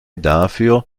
dafür